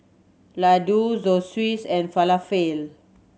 Ladoo Zosui and Falafel